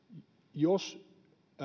jos